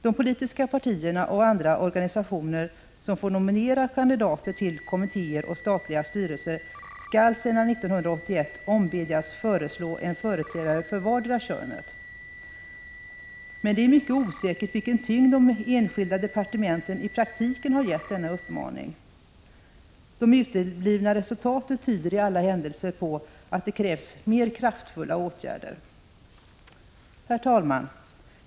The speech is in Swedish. De politiska partierna och andra organisationer som får nominera kandidater till kommittéer och statliga styrelser skall sedan 1981 ombedjas föreslå en företrädare för vartera könet. Men det är mycket osäkert vilken tyngd de enskilda departementen i praktiken har gett denna uppmaning. Det uteblivna resultatet tyder i alla händelser på att det krävs mer kraftfulla åtgärder. Herr talman!